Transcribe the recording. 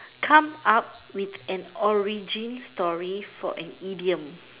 come up with an origin story for an idiom